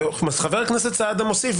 וחבר הכנסת סעדה מוסיף,